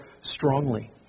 strongly